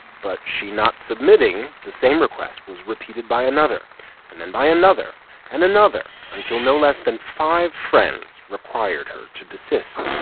but she not submitting, the same request was repeated by another and then by another and another until no less than five friends required her to desist.